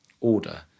order